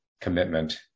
commitment